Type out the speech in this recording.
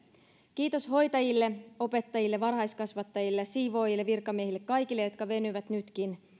kiitos hoitajille opettajille varhaiskasvattajille siivoojille virkamiehille kaikille jotka venyvät nytkin